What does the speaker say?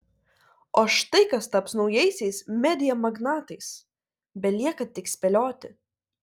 o štai kas taps naujaisiais media magnatais belieka tik spėlioti